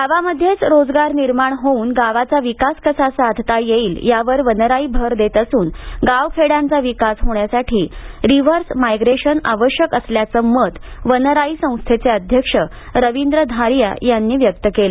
गावामध्येच रोजगार निर्माण होऊन गावाचा विकास कसा साधता येईल यावर वनराई भर देत असून गाव खेड्यांचा विकास होण्यासाठी रिव्हर्स मायग्रेशन आवश्यक असल्याचं मत वनराई संस्थेचे अध्यक्ष रवींद्र धारिया यांनी व्यक्त केले